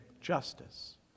justice